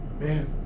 man